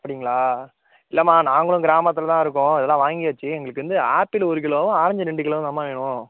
அப்படிங்களா இல்லைம்மா நாங்களும் கிராமத்தில் தான் இருக்கோம் இதெல்லாம் வாங்கியாச்சு எங்களுக்கு வந்து ஆப்பிள் ஒரு கிலோவும் ஆரஞ்சு ரெண்டு கிலோவும் தான்மா வேணும்